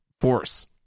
force